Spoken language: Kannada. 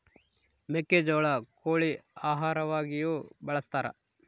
ಮೆಕ್ಕೆಜೋಳ ಕೋಳಿ ಆಹಾರವಾಗಿಯೂ ಬಳಸತಾರ